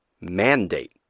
mandate